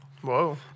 Whoa